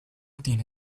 tiene